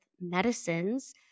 medicines